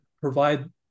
provide